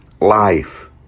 life